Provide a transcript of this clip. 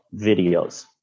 videos